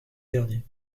derniers